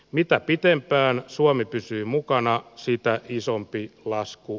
mitä pitempään suomi pysyy mukana sitä isompi lasku